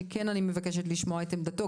שאני מבקשת לשמוע את עמדתו,